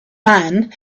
man